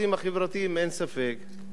אין ספק,